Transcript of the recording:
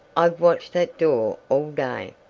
i've watched that door all day.